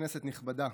כנסת נכבדה,